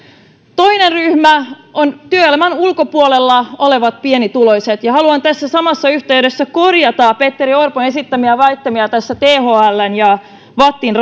toinen ryhmä on työelämän ulkopuolella olevat pienituloiset ja haluan tässä samassa yhteydessä korjata petteri orpon esittämiä väittämiä thln ja vattin